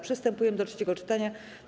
Przystępujemy do trzeciego czytania.